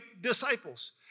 disciples